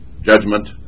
judgment